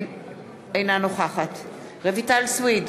אינה נוכחת רויטל סויד,